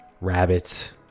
rabbits